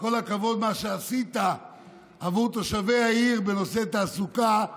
כל הכבוד מה שעשית עבור תושבי העיר בנושא תעסוקה.